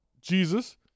Jesus